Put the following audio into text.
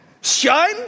Shine